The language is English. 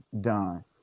done